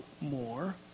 More